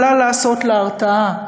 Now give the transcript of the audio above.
יכולה לעשות להרתעה,